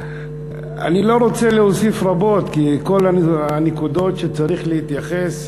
אני לא רוצה להוסיף רבות כי כל הנקודות שצריך להתייחס אליהן,